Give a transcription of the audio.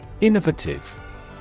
Innovative